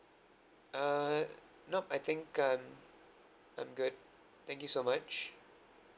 err nope I think I'm I'm good thank you so much